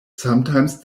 sometimes